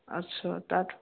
अछा तात